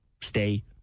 stay